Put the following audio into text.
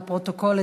לפרוטוקול,